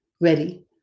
ready